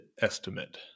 estimate